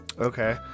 Okay